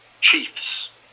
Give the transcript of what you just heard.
Chiefs